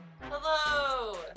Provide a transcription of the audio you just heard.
Hello